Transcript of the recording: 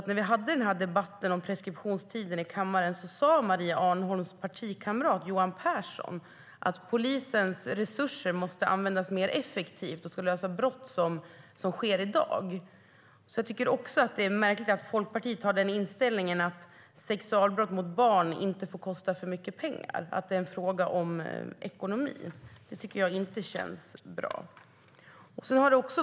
När vi hade debatten om preskriptionstider i kammaren var det också så att Maria Arnholms partikamrat Johan Pehrson sade att polisens resurser måste användas mer effektivt och ska lösa brott som sker i dag. Jag tycker att det är märkligt att Folkpartiet har inställningen att sexualbrott mot barn inte får kosta för mycket pengar, alltså att det är en fråga om ekonomi. Det tycker jag inte känns bra.